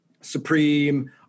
Supreme